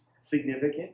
significant